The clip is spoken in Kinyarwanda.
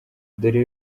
dore